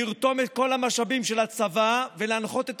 לרתום את כל המשאבים של הצבא ולהנחות את